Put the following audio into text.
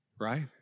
right